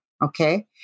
Okay